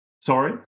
sorry